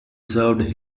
served